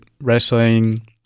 wrestling